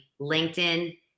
linkedin